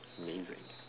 amazing